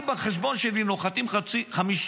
בחשבון שלי, אם נוחתים 50,000,